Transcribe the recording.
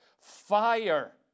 Fire